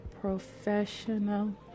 professional